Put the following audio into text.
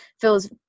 feels